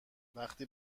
وقتی